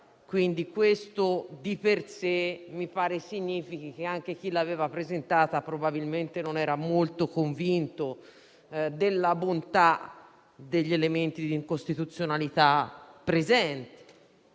- il che di per sé mi pare significhi che neanche chi l'aveva presentata probabilmente fosse molto convinto della bontà degli elementi di incostituzionalità presenti